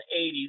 80s